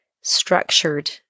structured